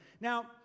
Now